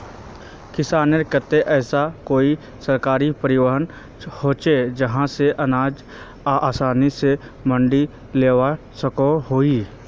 किसानेर केते ऐसा कोई सरकारी परिवहन होचे जहा से अनाज आसानी से मंडी लेजवा सकोहो ही?